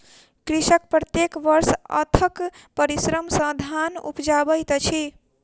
कृषक प्रत्येक वर्ष अथक परिश्रम सॅ धान उपजाबैत अछि